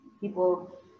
people